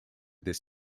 this